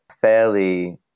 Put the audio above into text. fairly